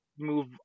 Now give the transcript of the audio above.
move